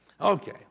Okay